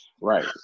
right